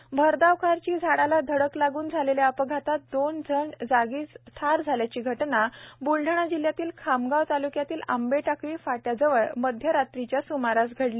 अपघात भरधाव कारची झाडाला धडक लागून घडलेल्या अपघातात दोन जण जागीच ठार झाल्याची घटना ब्लढाणा जिल्ह्यातील खामगाव तालुक्यातील आंबे टाकळी फाट्याजवळ मध्य रात्रीच्या स्मारास घडली